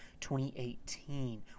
2018